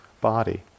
body